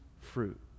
fruit